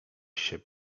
się